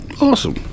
Awesome